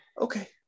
Okay